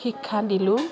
শিক্ষা দিলোঁ